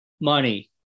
money